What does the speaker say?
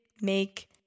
make